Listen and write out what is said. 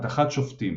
הדחת שופטים